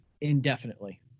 indefinitely